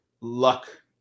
luck